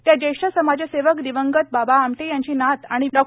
त्या ज्येष्ठ समाजसेवक दिवंगत बाबा आमटे यांची नात आणि डॉ